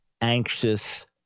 anxious